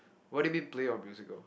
what do you mean play your musical